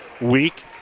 week